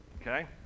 okay